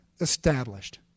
established